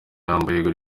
yambaye